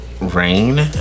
Rain